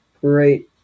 great